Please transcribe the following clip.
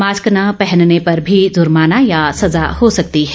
mask न पहनने पर भी जुर्माना या सजा हो सकती है